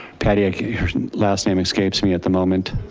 patty, ah her last name escapes me at the moment.